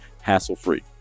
hassle-free